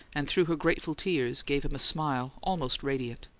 and through her grateful tears gave him a smile almost radiant.